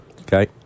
Okay